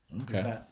Okay